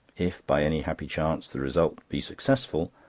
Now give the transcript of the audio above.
if, by any happy chance, the result be successful,